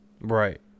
Right